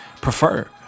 prefer